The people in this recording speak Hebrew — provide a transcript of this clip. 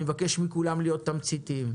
אני מבקש מכולם להיות תמציתיים.